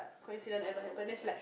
coincidence ever happen then she like